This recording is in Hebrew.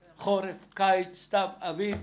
בחורף, בסתיו, בקיץ ובאביב,